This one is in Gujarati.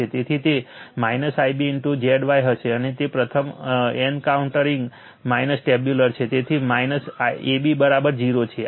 તેથી તે Ib Zy હશે અને તે પ્રથમ એનકાઉંટરિંગ ટેબ્યુલર છે તેથી ab 0 છે